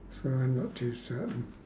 try not to serve them